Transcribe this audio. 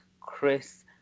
Chris